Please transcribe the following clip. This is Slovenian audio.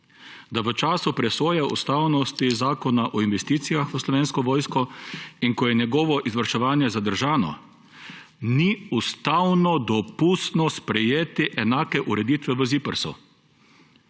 da v času presoje ustavnosti Zakona o investicijah v Slovensko vojsko in ko je njegovo izvrševanje zadržano, ni ustavno dopustno sprejeti enake ureditve v ZIPRS.